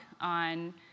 on